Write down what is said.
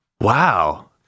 Wow